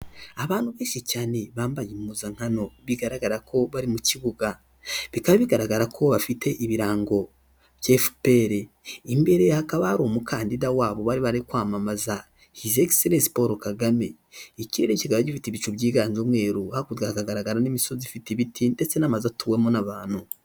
Abantu benshi cyane bambaye impuzankano bigaragara ko bari mu kibuga, bikaba bigaragara ko bafite ibirango bya FPR. Imbere hakaba hari umukandida wabo bari bari kwamamaza, hizi egiserensi Paul Kagame. Ikirere kikaba gifite ibicu byiganie umweru, hakurya hagaragara n'imisozi ifite ibiti ndetse n'amazu atuwemo n'abantu.